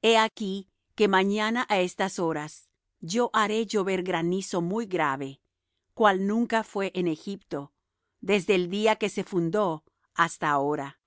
he aquí que mañana á estas horas yo haré llover granizo muy grave cual nunca fué en egipto desde el día que se fundó hasta ahora